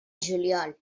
juliol